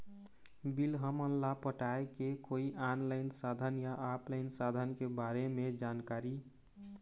Bill हमन ला पटाए के कोई ऑनलाइन साधन या ऑफलाइन साधन के बारे मे जानकारी?